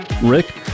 Rick